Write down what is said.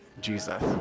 Jesus